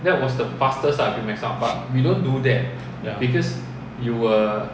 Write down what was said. ya